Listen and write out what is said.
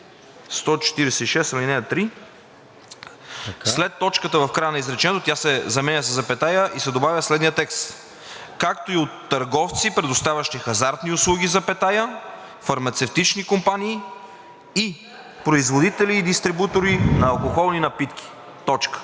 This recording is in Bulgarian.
от Комисията, след точката в края на изречението тя се заменя със запетая и се добавя следният текст: „както и от търговци, предоставящи хазартни услуги, фармацевтични компании и производители и дистрибутори на алкохолни напитки“. Така